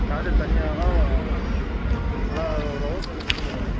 charger தனியாகத்தான் நல்லா ஓரளவுக்கு நிற்கும் மேடம்